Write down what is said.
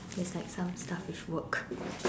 there's like some stuff with work